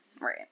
right